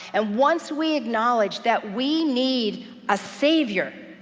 and once we acknowledge that we need a savior,